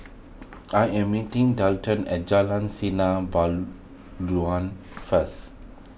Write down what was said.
I am meeting Delton at Jalan Sinar first